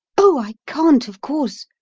oh, i can't, of course,